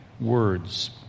words